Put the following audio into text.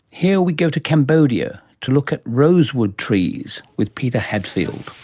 here we go to cambodia to look at rosewood trees, with peter hadfield.